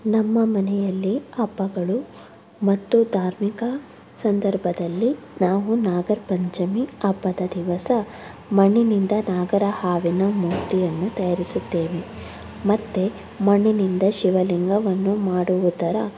ನಮ್ಮ ಮನೆಯಲ್ಲಿ ಹಬ್ಬಗಳು ಮತ್ತು ಧಾರ್ಮಿಕ ಸಂದರ್ಭದಲ್ಲಿ ನಾವು ನಾಗರಪಂಚಮಿ ಹಬ್ಬದ ದಿವಸ ಮಣ್ಣಿನಿಂದ ನಾಗರಹಾವಿನ ಮೂರ್ತಿಯನ್ನು ತಯಾರಿಸುತ್ತೇವೆ ಮತ್ತೆ ಮಣ್ಣಿನಿಂದ ಶಿವಲಿಂಗವನ್ನು ಮಾಡುವುದರ